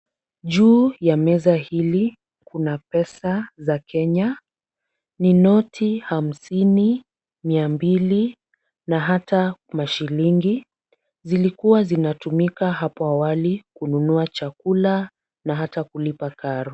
Juu ya meza hili kuna pesa za Kenya, ni noti hamsini, mia mbili na hata mashilingi. Zilikuwa zinatumika hapo awali kununua chakula na hata kulipa karo.